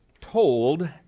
told